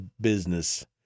Business